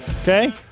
Okay